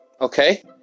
Okay